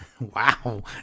wow